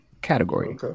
category